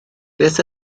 beth